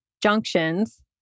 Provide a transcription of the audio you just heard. junctions